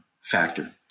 factor